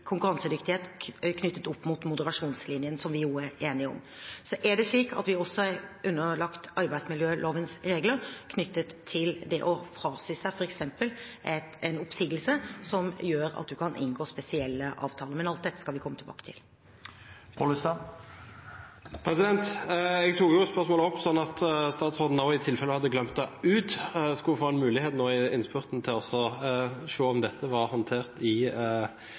konkurransedyktighet knyttet opp mot moderasjonslinjen, som vi jo er enige om. Vi er også underlagt arbeidsmiljølovens regler om å frasi seg f.eks. en oppsigelse som gjør at man kan inngå spesielle avtaler. Men alt dette skal vi komme tilbake til. Jeg tok opp spørsmålet sånn at statsråden, i tilfelle hun hadde glemt det, skulle få en mulighet nå i innspurten til å se om dette var håndtert i